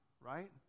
right